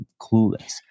clueless